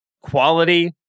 quality